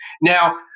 Now